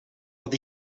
dat